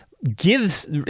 gives